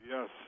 Yes